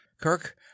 Kirk